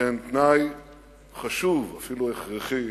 שהן תנאי חשוב, אפילו הכרחי,